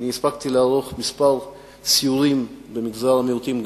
אני הספקתי לערוך כמה סיורים במגזר המיעוטים,